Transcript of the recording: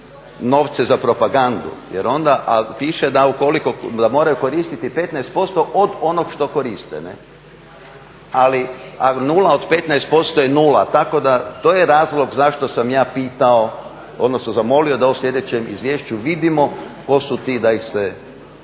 novce za propagandu. A piše da ukoliko da moraju koristiti 15% od onoga što koriste, a nula od 15% je nula. To je razlog zašto sam ja pitao odnosno zamolio da u sljedećem izvješću vidimo tko su ti da ih se